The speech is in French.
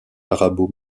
arabo